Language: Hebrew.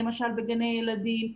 למשל בגני ילדים.